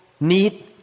need